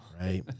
right